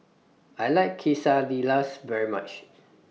I like Quesadillas very much